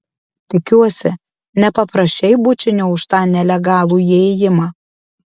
tikiuosi nepaprašei bučinio už tą nelegalų įėjimą